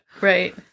Right